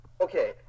Okay